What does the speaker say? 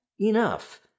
enough